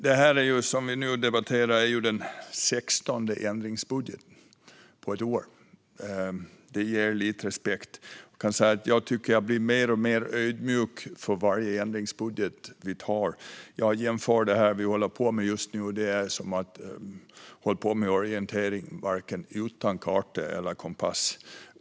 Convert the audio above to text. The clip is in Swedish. Det som vi nu debatterar är den 16:e ändringsbudgeten på ett år. Det ger lite respekt. Jag blir mer och mer ödmjuk för varje ändringsbudget. Jag jämför det vi håller på med just nu med att orientera utan varken karta eller kompass.